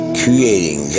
creating